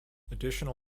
additional